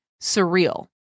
surreal